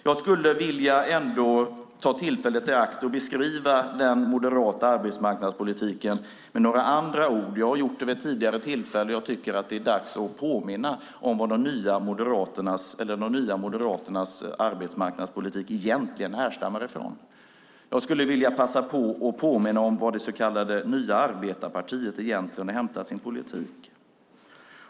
Jag skulle vilja ta tillfället i akt och beskriva den moderata arbetsmarknadspolitiken med några andra ord. Jag har gjort det vid andra tillfällen och tycker att det är dags att påminna om var de nya moderaternas arbetsmarknadspolitik egentligen härstammar från. Jag skulle vilja passa på att påminna om varifrån det så kallade nya arbetarpartiet egentligen har hämtat sin politik.